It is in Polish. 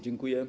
Dziękuję.